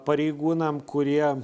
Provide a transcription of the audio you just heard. pareigūnam kurie